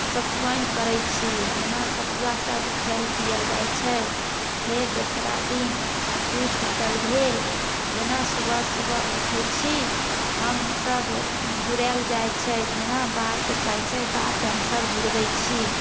सतुआइनि करै छी जेना सतुआ सब खायल पीयल जाइ छै फेर दोसरा दिन जुड़ शीतल भेल जेना सुबह सुबह उठय छी हमसब जुड़ाएल जाय छै जेना बाट कहै छै बाट हमसब जुड़बै छी